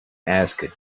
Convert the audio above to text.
asked